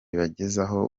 bagezeho